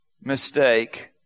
mistake